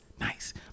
Nice